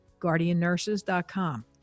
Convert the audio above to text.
guardiannurses.com